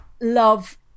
love